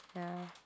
ya